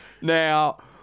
Now